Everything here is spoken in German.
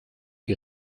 die